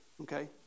Okay